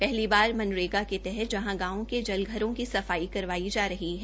पहली बार मनरेगा के तहत जहां गांवों के जलघरों की सफाई करवाई जा रही है